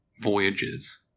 voyages